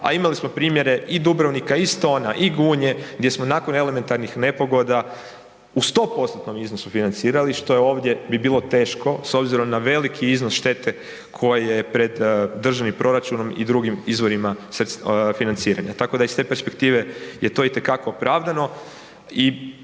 a imali smo primjere i Dubrovnika i Stona i Gunje, gdje smo nakon elementarnih nepogoda u 100%-tnom iznosu financirali, što je ovdje bi bilo teško s obzirom na veliki iznos štete koja je pred državnim proračunom i dr. izvorima financiranja. Tako da iz te perspektive je to itekako opravdano i